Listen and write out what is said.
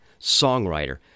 songwriter